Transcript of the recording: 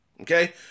okay